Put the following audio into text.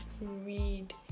read